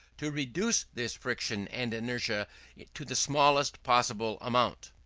to reduce this friction and inertia to the smallest possible amount.